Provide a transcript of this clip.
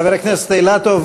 חבר הכנסת אילטוב,